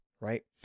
right